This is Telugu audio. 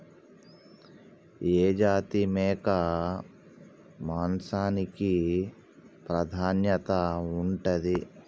ఏ జాతి మేక మాంసానికి ప్రాధాన్యత ఉంటది?